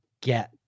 get